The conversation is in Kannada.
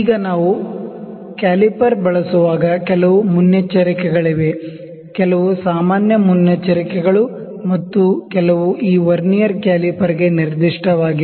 ಈಗ ನಾವು ಕ್ಯಾಲಿಪರ್ ಬಳಸುವಾಗ ಕೆಲವು ಮುನ್ನೆಚ್ಚರಿಕೆಗಳಿವೆ ಕೆಲವು ಸಾಮಾನ್ಯ ಮುನ್ನೆಚ್ಚರಿಕೆಗಳು ಮತ್ತು ಕೆಲವು ಈ ವರ್ನಿಯರ್ ಕ್ಯಾಲಿಪರ್ಗೆ ನಿರ್ದಿಷ್ಟವಾಗಿವೆ